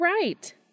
right